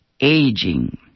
aging